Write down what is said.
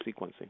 sequencing